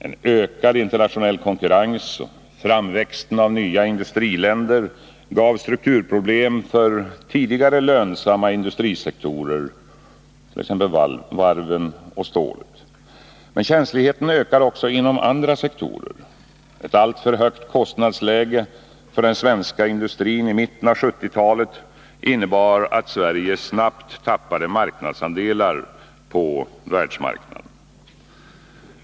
En ökad internationell konkurrens och framväxten av nya industriländer gav strukturproblem för tidigare lönsamma industrisektorer som varven och stålet. Men känsligheten ökar också inom andra sektorer. Ett alltför högt kostnadsläge för den svenska industrin i mitten av 1970-talet innebar att Sverige snabbt tappade marknadsandelar på världsmarknaden.